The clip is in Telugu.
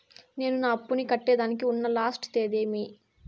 నేను నా అప్పుని కట్టేదానికి ఉన్న లాస్ట్ తేది ఏమి?